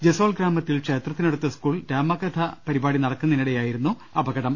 ജെസോൾ ഗ്രാമത്തിൽ ക്ഷേത്രത്തിനടുത്ത സ്കൂൾ ഗ്രൌണ്ടിൽ രാമകഥാപരിപാടി നടക്കുന്നതിനിടെയായിരുന്നു അപകടം